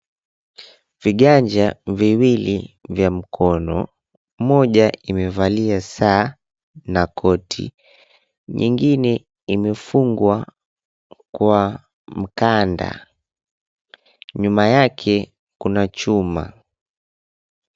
Viganja viwili vya mkono. Moja imevalia saa na koti. Nyingine imefungwa kwa mkanda. Nyuma yake kuna chuma.